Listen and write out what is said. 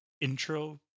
intro